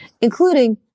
including